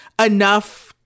enough